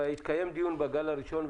התקיים דיון על סוגיית התיירות בגל הראשון.